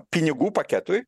pinigų paketui